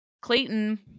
Clayton